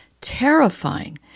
terrifying